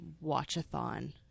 watch-a-thon